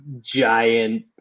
giant